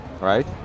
right